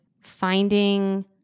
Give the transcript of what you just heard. finding